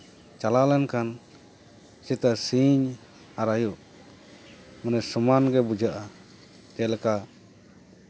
ᱪᱟᱞᱟᱣ ᱞᱮᱱᱠᱷᱟᱱ ᱥᱮᱛᱟᱜ ᱥᱤᱧ ᱟᱨ ᱟᱹᱭᱩᱵ ᱯᱩᱨᱟᱹ ᱥᱚᱢᱟᱱ ᱜᱮ ᱵᱩᱡᱷᱟᱹᱜᱼᱟ ᱪᱮᱫ ᱞᱮᱠᱟ